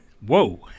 whoa